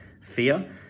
fear